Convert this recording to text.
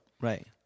right